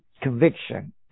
conviction